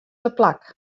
teplak